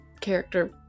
character